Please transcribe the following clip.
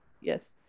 Yes